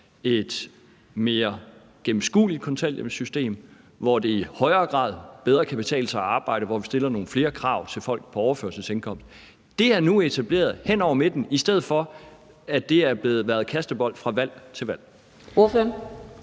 et mere gennemskueligt kontanthjælpssystem, hvor det i højere grad bedre kan betale sig at arbejde, og hvor vi stiller nogle flere krav til folk på overførselsindkomst, nu er etableret hen over midten, i stedet for at det har været kastebold fra valg til valg?